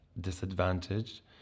disadvantage